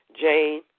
Jane